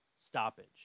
stoppage